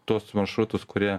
tuos maršrutus kurie